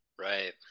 Right